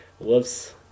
Whoops